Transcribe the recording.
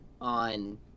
on